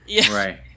Right